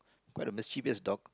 quite a mischievous dog